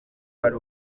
hari